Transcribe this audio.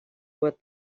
what